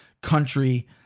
Country